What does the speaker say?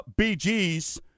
BGs